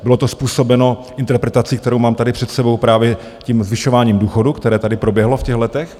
Bylo to způsobeno interpretací, kterou mám tady před sebou, právě tím zvyšováním důchodů, které tady proběhlo v těch letech.